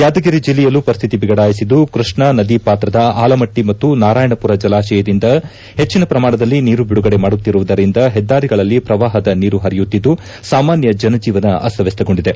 ಯಾದಗಿರಿ ಜಿಲ್ಲೆಯಲ್ಲೂ ಪರಿಸ್ತಿತಿ ಬಿಗಡಾಯಿಸಿದ್ದು ಕೃಷ್ಣಾ ನದಿ ಪಾತ್ರದ ಆಲಮಟ್ಟ ಮತ್ತು ನಾರಾಯಣಪುರ ಜಲಾಶಯದಿಂದ ಹೆಚ್ಚನ ಪ್ರಮಾಣದಲ್ಲಿ ನೀರು ಬಿಡುಗಡೆ ಮಾಡುತ್ತಿರುವುದರಿಂದ ಹೆದ್ದಾರಿಗಳಲ್ಲಿ ಪ್ರವಾಹದ ನೀರು ಹರಿಯುತ್ತಿದ್ದು ಸಾಮಾನ್ಯ ಜನಜೀವನ ಅಸ್ತವ್ಯಸ್ತಗೊಂಡಿದೆ